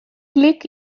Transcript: klik